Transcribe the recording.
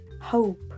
hope